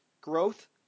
growth